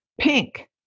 pink